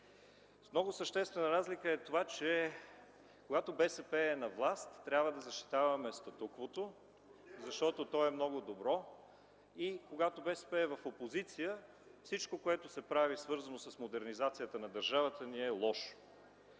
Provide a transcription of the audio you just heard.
Много съществена разлика е тази, че когато БСП е на власт, трябва да защитаваме статуквото, защото то е много добро. Когато БСП е в опозиция – всичко, което се прави, свързано с модернизацията на държавата ни, е лошо.